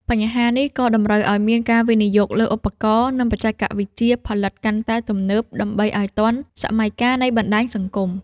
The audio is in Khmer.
បញ្ហានេះក៏តម្រូវឱ្យមានការវិនិយោគលើឧបករណ៍ និងបច្ចេកវិទ្យាផលិតកាន់តែទំនើប ដើម្បីឱ្យទាន់សម័យកាលនៃបណ្ដាញសង្គម។